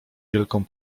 wielką